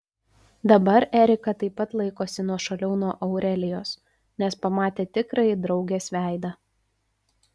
dabar erika taip pat laikosi nuošaliau nuo aurelijos nes pamatė tikrąjį draugės veidą